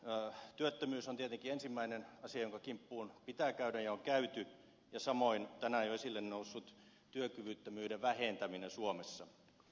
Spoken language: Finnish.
työttömyys on tietenkin ensimmäinen asia jonka kimppuun pitää käydä ja on käyty samoin tänään jo esille noussut työkyvyttömyyden vähentäminen suomessa